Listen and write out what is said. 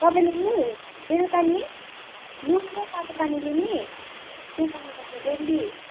तपाईँले नि बेलुका नि नुन र तातो पानीले नि सेकाउनु पर्छ डेल्ली